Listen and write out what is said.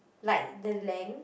like the length